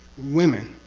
women.